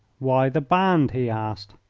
why the band? he asked.